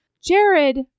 Jared